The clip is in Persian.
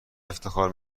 افتخار